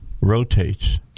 rotates